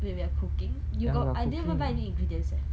wait we are cooking you got I didn't even buy any ingredients leh